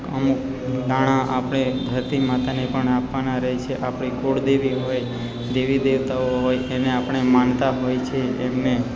અમુક દાણા આપણે ધરતી માતાને પણ આપવાના રહે છે આપણી કુળદેવી હોય દેવી દેવતાઓ હોય એને આપણે માનતા હોય છે એમને